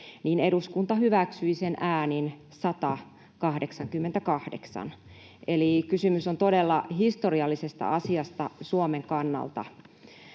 eduskunta hyväksyi sen äänin 100—88. Eli kysymys on todella historiallisesta asiasta Suomen kannalta.